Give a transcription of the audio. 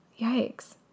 yikes